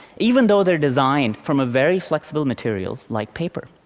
even though they're designed from a very flexible material, like paper.